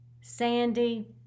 Sandy